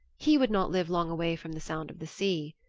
he would not live long away from the sound of the sea.